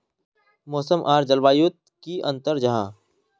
मौसम आर जलवायु युत की अंतर जाहा?